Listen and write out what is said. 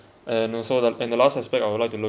and also th~ and the last aspect I would like to look